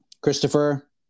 Christopher